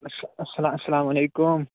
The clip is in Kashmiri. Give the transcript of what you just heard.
اَسلامُ علیکُم